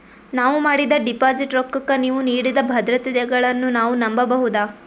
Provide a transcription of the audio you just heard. ನಾವು ಮಾಡಿದ ಡಿಪಾಜಿಟ್ ರೊಕ್ಕಕ್ಕ ನೀವು ನೀಡಿದ ಭದ್ರತೆಗಳನ್ನು ನಾವು ನಂಬಬಹುದಾ?